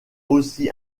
aussi